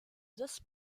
this